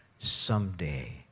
Someday